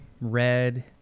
red